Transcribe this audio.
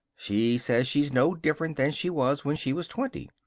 she says she's no different than she was when she was twenty.